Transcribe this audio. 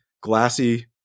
glassy